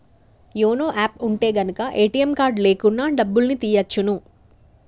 YONO app ఉంటె గనక ATM card లేకున్నా డబ్బుల్ని తియ్యచ్చును